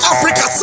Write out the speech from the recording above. Africa